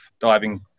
diving